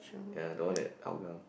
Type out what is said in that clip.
ya the one at Hougang